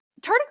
Tardigrades